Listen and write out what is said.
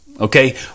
Okay